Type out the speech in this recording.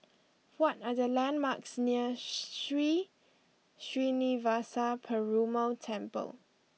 what are the landmarks near Sri Srinivasa Perumal Temple